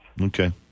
Okay